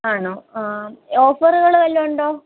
ആണോ ആ ഓഫറുകൾ വല്ലതും ഉണ്ടോ